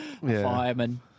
fireman